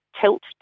tilt